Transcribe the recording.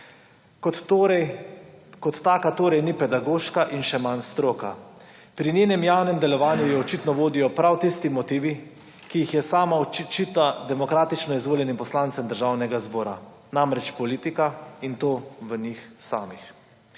Kot taka torej ni pedagoška in še manj stroka. Pri njenem javnem delovanju jo očitno vodijo prav tisti motivi, ki jih sama očita demokratično izvoljenim poslancem Državnega zbora namreč politika in to v njih samih.